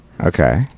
Okay